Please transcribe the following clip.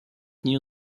new